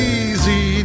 easy